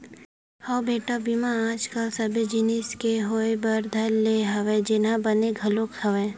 हव बेटा बीमा आज कल सबे जिनिस के होय बर धर ले हवय जेनहा बने घलोक हवय